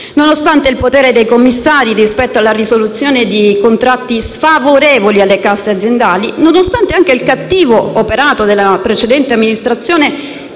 Nonostante il potere dei commissari rispetto alla risoluzione di contratti sfavorevoli alle casse aziendali, nonostante anche il cattivo operato della precedente amministrazione